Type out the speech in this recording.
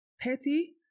petty